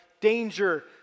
danger